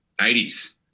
80s